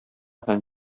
һәм